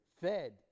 fed